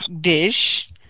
dish